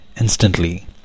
instantly